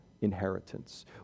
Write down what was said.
inheritance